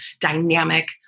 dynamic